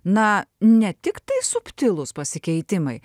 na ne tik tai subtilūs pasikeitimai